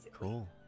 cool